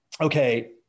okay